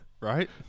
Right